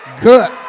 good